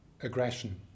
aggression